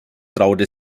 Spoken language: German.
traute